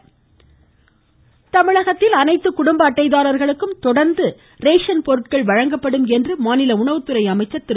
ம் ம் ம் ம் ம காமறுஜ் தமிழகத்தில் அனைத்து குடும்ப அட்டைதாரர்களுக்கும் தொடர்ந்து ரேஷன் பொருட்கள் வழங்கப்படும் என்று மாநில உணவுத்துறை அமைச்சர் திரு